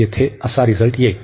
येथे असा रिझल्ट येईल